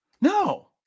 no